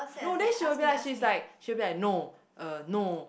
no then she'll be like she's like she'll be like no er no